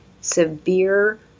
severe